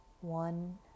One